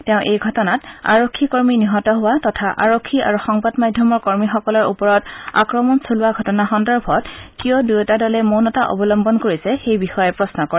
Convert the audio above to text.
তেওঁ এই ঘটনাত আৰক্ষী কৰ্মী নিহত হোৱা তথা আৰক্ষী আৰু সংবাদ মাধ্যমৰ কৰ্মীসকলৰ ওপৰত আক্ৰমণ চলোৱা ঘটনা সন্দৰ্ভত কিয় দুয়োটা দলে মনৌতা অৱলম্বন কৰিছে সেই বিষয়ে প্ৰশ্ন কৰে